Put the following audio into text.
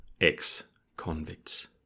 ex-convicts